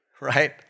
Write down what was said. right